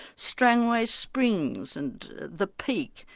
strangway springs and the peak,